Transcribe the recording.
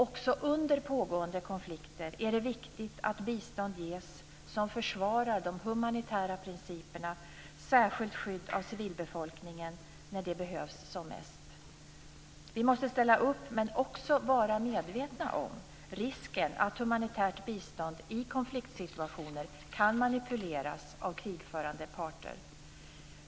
Också under pågående konflikter är det viktigt att bistånd ges som försvarar de humanitära principerna. Det gäller särskilt skydd av civilbefolkningen när det behövs som mest. Vi måste ställa upp men också vara medvetna om risken att humanitärt bistånd i konfliktsituationer kan manipuleras av krigförande parter.